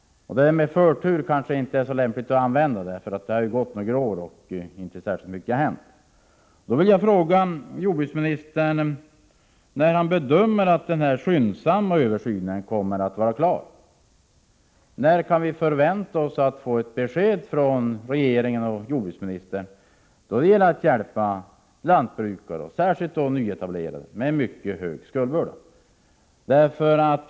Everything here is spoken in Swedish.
Uttrycket förtur kanske inte är så lämpligt att använda. Det har ju gått några år och inte särskilt mycket har hänt. Jag vill fråga jordbruksministern när han bedömer att den skyndsamma översynen kommer att vara klar. När kan vi förvänta oss att få ett besked från regeringen och jordbruksministern då det gäller att hjälpa lantbrukare, och särskilt då de nyetablerade med mycket hög skuldbörda?